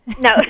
No